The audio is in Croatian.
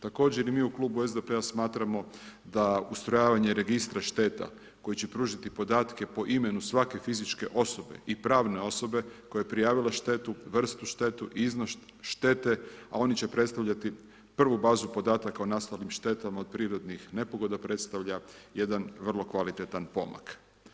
Također mi u Klubu SDP-a smatramo, da ustrojavanje registra šteta, koji će pružiti podatke, po imenu svake fizičke osobe i pravne osobe, koja je prijavila štetu, vrstu štetu, iznos štete, ali oni će predstaviti, prvu bazu podataka o nastalim štetama od prirodnih nepogoda, predstavlja jedan vrlo kvalitetan pomak.